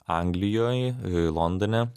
anglijoj londone